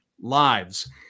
lives